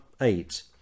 eight